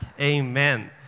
Amen